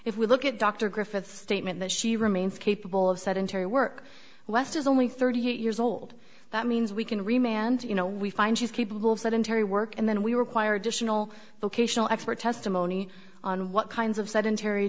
if we look at dr griffiths statement that she remains capable of sedentary work west is only thirty eight years old that means we can remain and you know we find she's capable of sedentary work and then we require additional vocational expert testimony on what kinds of sedentary